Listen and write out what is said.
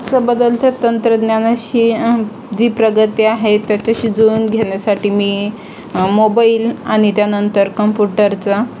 आजचं बदलतं तंत्रज्ञानाशी जी प्रगती आहे त्याच्याशी जुळवून घेण्यासाठी मी मोबाईल आणि त्यानंतर कम्प्युटरचा